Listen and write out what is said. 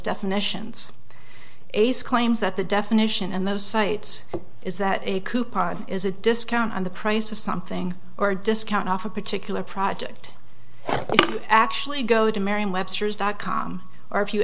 definitions ace claims that the definition and those sites is that a coupon is a discount on the price of something or discount off a particular project actually go to merriam webster's dot com or if you